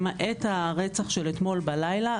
למעט הרצח של אתמול בלילה,